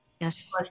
Yes